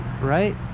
Right